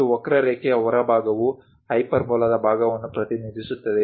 ಮತ್ತು ವಕ್ರರೇಖೆಯ ಹೊರಭಾಗವು ಹೈಪರ್ಬೋಲಾದ ಭಾಗವನ್ನು ಪ್ರತಿನಿಧಿಸುತ್ತದೆ